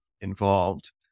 involved